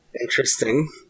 Interesting